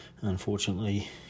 unfortunately